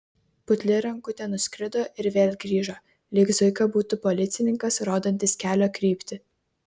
putli rankutė nuskrido ir vėl grįžo lyg zuika būtų policininkas rodantis kelio kryptį